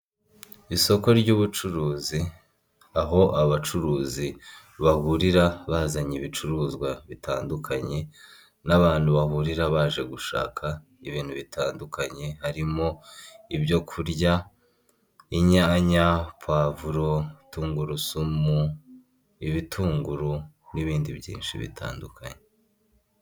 Isoko ry'ubucuruzi aho abacuruzi bahurira bazanye ibicuruzwa bitandukanye n'abantu bahurira baje gushaka ibintu bitandukanye harimo ibyo kurya inyanya, pavuro tungurusumumu, ibitunguru n'ibindi byinshi bitandukanye.